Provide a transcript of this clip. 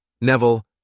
Neville